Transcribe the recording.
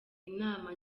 inama